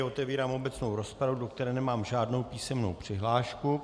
Otevírám obecnou rozpravu, do které nemám žádnou písemnou přihlášku.